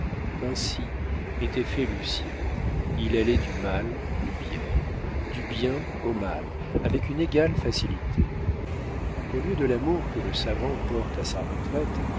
ainsi était fait lucien il allait du mal au bien du bien au mal avec une égale facilité au lieu de l'amour que le savant porte à sa retraite